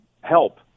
help